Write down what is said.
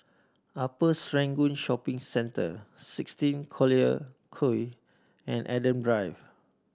Upper Serangoon Shopping Centre sixteen Collyer Quay and Adam Drive